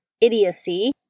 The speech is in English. idiocy